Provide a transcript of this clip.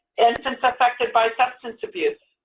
infants affected by substance abuse.